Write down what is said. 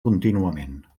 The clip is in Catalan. contínuament